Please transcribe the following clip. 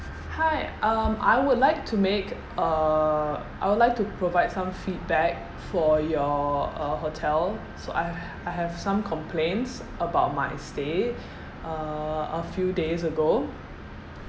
hi um I would like to make uh I would like to provide some feedback for your uh hotel so I've I have some complaints about my stay uh a few days ago